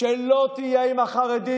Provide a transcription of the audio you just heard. שתהיה עם החרדים,